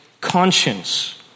conscience